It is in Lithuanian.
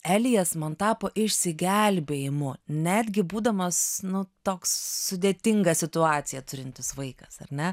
elijas man tapo išsigelbėjimu netgi būdamas nu toks sudėtingą situaciją turintis vaikas ar ne